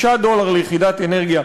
6 דולר ליחידת אנרגיה,